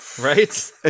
right